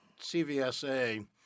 CVSA